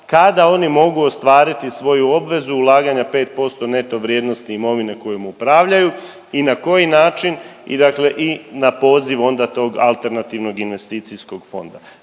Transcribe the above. kada oni mogu ostvariti svoju obvezu ulaganja pet posto neto vrijednosti imovine kojom upravljaju i na koji način i dakle i na poziv onda tog alternativnog investicijskog fonda.